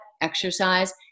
exercise